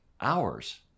hours